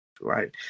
right